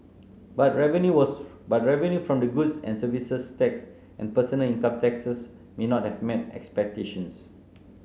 but revenue was but revenue from the goods and Services Tax and personal income taxes may not have met expectations